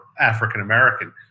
African-American